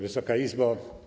Wysoka Izbo!